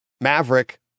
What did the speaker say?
Maverick